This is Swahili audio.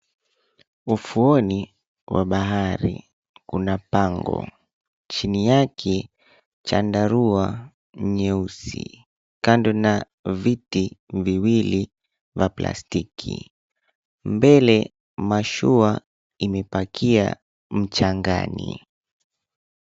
Ufuoni mwa bahari kuna pango, chini yake chandarua cheusi kando ya viti viwili vya plastiki. Mbele mashua imeegeshwa mchangani.